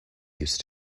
used